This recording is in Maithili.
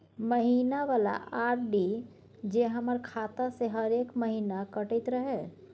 महीना वाला आर.डी जे हमर खाता से हरेक महीना कटैत रहे?